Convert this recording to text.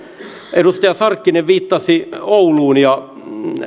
edustaja sarkkinen viittasi ouluun ja